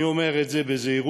אני אומר את זה בזהירות,